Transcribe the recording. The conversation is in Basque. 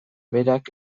berak